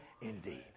indeed